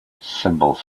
symbols